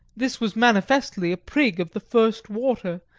this was manifestly a prig of the first water,